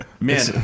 Man